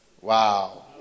Wow